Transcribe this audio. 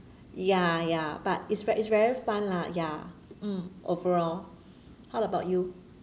ya ya but it's very it's very fun lah ya mm overall how about you